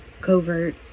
covert